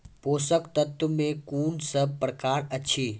पोसक तत्व मे कून सब प्रकार अछि?